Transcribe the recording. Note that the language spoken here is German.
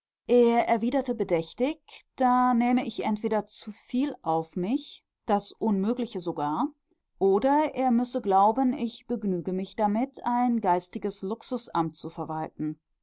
er erwiderte bedächtig da nähme ich entweder zu viel auf mich das unmögliche sogar oder er müsse glauben ich begnüge mich damit ein geistiges luxusamt zu verwalten